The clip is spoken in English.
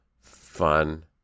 fun